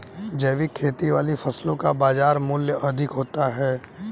जैविक खेती वाली फसलों का बाजार मूल्य अधिक होता है